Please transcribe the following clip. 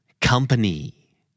Company